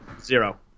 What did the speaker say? Zero